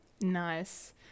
Nice